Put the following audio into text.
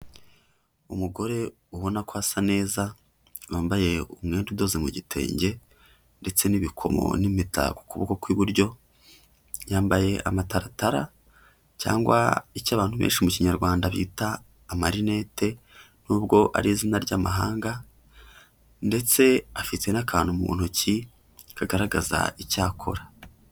Umugore ubona ko asa neza, wambaye umwenda udoze mu gitenge ndetse n'ibikomo n'imitako ku kuboko kw'iburyo, yambaye amataratara cyangwa icy'abantu benshi mu kinyarwanda bita amarinete nubwo ari izina ry'amahanga, ndetse afite n'akantu mu ntoki kagaragaza icyo akora.